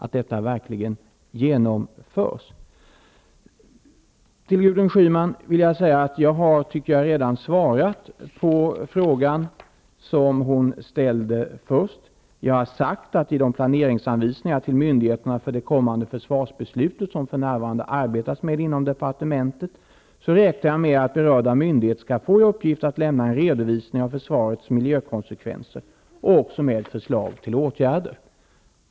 Jag tycker att jag redan har svarat på frågan som Gudrun Schyman först ställde. Jag har sagt att jag i de planeringsanvisningar till myndigheterna för den kommande försvarsbeslutsperioden som för närvarande förbereds inom departementet räknar med att berörda myndigheter skall få i uppgift att lämna en redovisning av försvarets miljökonsekvenser och även förslag till åtgärder.